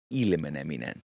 ilmeneminen